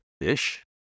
fish